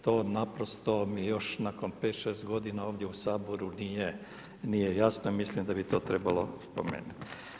To naprosto mi još nakon 5, 6 godina ovdje u Saboru nije jasno i mislim da bi to trebalo promijeniti.